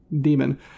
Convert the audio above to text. demon